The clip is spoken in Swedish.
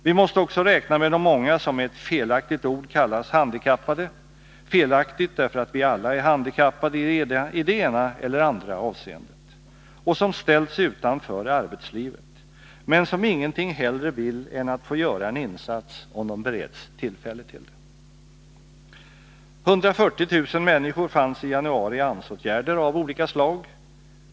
Vi måste också räkna med de många som med ett felaktigt ord kallas handikappade — felaktigt därför att vi alla är handikappade i det ena eller andra avseendet — och som ställts utanför arbetslivet, men som ingenting hellre vill än att få göra en insats, om de bereds tillfälle till det. 140 000 människor fanns i januari i AMS-åtgärder av olika slag.